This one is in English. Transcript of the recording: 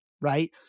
right